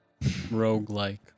Roguelike